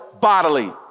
bodily